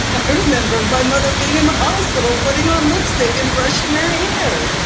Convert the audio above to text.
i remember my mother being in the hospital putting on lipstick and brushing her hair.